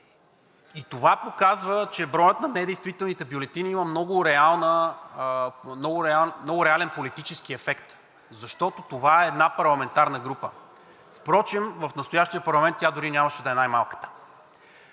Това показва, че броят на недействителните бюлетини има много реален политически ефект, защото това е една парламентарна група – впрочем в настоящия парламент тя дори нямаше да е най-малката.